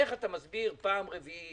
איך אתה מסביר בפעם הרביעית